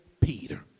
Peter